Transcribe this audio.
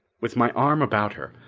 with my arm about her,